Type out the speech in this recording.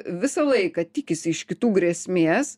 visą laiką tikisi iš kitų grėsmės